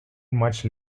much